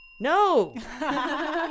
no